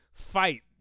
Fight